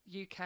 UK